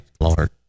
Lord